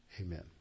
amen